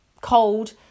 cold